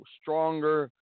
stronger